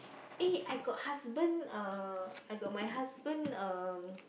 eh I got husband uh I got my husband uh